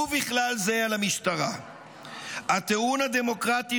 ובכלל זה על המשטרה --- 'הטיעון הדמוקרטי